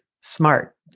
smart